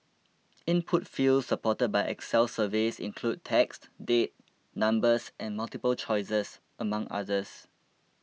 input fields supported by Excel surveys include text date numbers and multiple choices among others